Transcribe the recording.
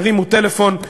ירימו טלפון,